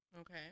Okay